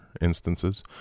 instances